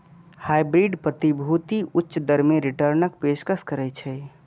hybrid प्रतिभूति उच्च दर मे रिटर्नक पेशकश करै छै